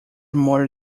model